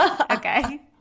Okay